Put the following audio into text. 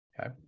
okay